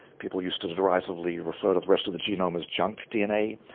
people used to derisively refer to the rest of the genome as junk dna.